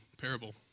parable